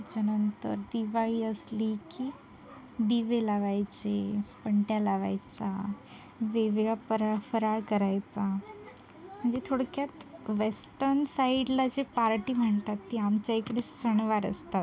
त्याच्यानंतर दिवाळी असली की दिवे लावायचे पणत्या लावायच्या वेगवेगळा फराळ फराळ करायचा म्हणजे थोडक्यात वेस्टर्न साईडला जे पार्टी म्हणतात ती आमच्या इकडे सणवार असतात